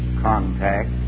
contact